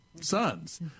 Sons